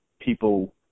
people